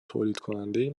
تولیدکننده